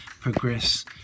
progress